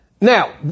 Now